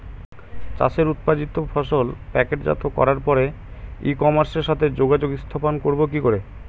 চাষের উৎপাদিত ফসল প্যাকেটজাত করার পরে ই কমার্সের সাথে যোগাযোগ স্থাপন করব কি করে?